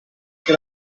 che